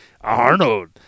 Arnold